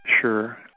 Sure